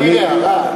אתה יכול להעיר הערה.